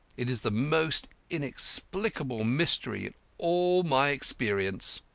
it is the most inexplicable mystery in all my experience.